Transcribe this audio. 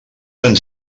tan